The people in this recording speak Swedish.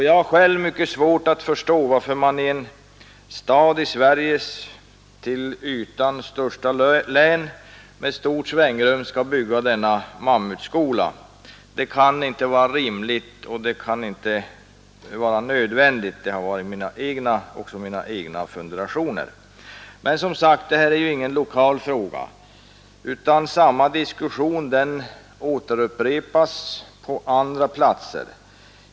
Jag har själv mycket svårt att förstå varför man i en stad i Sveriges till ytan största län, med stort svängrum, skall bygga denna mammutskola. Det kan inte vara rimligt och det kan inte vara nödvändigt — det har också varit mina egna funderingar. Men detta är som sagt ingen lokal fråga, utan samma diskussion upprepas på andra platser.